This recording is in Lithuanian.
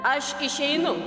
aš išeinu